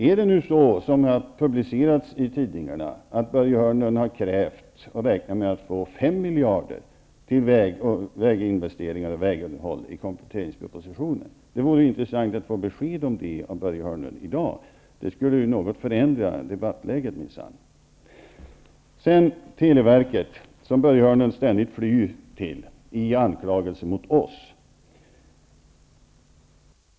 Är det nu så, som det har stått i tidningarna, att Börje Hörnlund har krävt och räknat med att få 5 miljarder i kompletteringspropositionen till väginvesteringar och vägunderhåll, vore det intressant att få besked om det av Börje Hörnlund i dag. Det skulle minsann något förändra debattläget. Sedan till televerket som Börje Hörnlund ständigt flyr till i anklagelser mot oss.